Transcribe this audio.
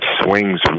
swings